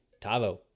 Tavo